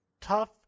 tough